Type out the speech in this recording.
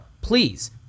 please